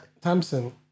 Thompson